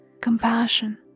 compassion